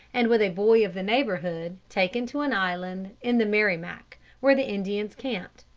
and, with a boy of the neighborhood, taken to an island in the merrimac, where the indians camped.